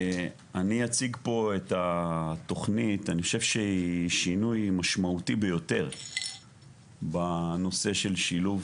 אני אציג פה את התוכנית אני חושב שיש שינוי משמעותי ביותר בנושא של שילוב